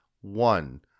one